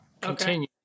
continue